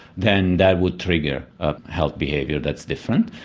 then that would trigger a health behaviour that's different.